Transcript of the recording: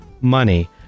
Money